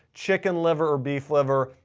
chicken liver, beef liver,